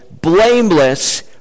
blameless